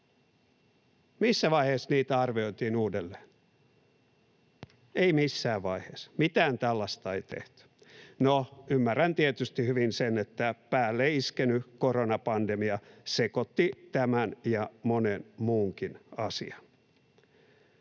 Missä vaiheessa niitä arvioitiin uudelleen? Ei missään vaiheessa. Mitään tällaista ei tehty. No ymmärrän tietysti hyvin sen, että päälle iskenyt koronapandemia sekoitti tämän ja monen muunkin asian.